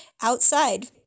outside